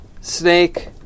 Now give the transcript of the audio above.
snake